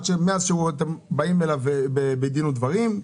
מאז שאתם באים אליו בדיון ודברים,